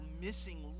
missing